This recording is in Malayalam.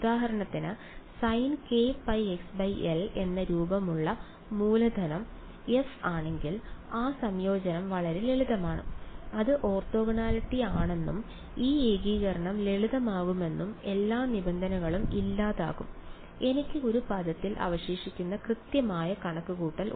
ഉദാഹരണത്തിന് sinkπxl എന്ന രൂപത്തിലുള്ള മൂലധനം എഫ് ആണെങ്കിൽ ആ സംയോജനം വളരെ ലളിതമാണ് അത് ഓർത്തോഗണാലിറ്റി ആണെന്നും ഈ ഏകീകരണം ലളിതമാകുമെന്നും എല്ലാ നിബന്ധനകളും ഇല്ലാതാകും എനിക്ക് ഒരു പദത്തിൽ അവശേഷിക്കുന്നു കൃത്യമായ കണക്കുകൂട്ടൽ